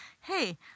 hey